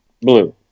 Blue